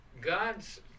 God's